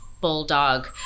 bulldog